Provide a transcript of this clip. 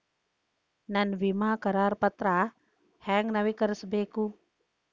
ನನ್ನ ವಿಮಾ ಕರಾರ ಪತ್ರಾ ಹೆಂಗ್ ನವೇಕರಿಸಬೇಕು?